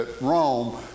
Rome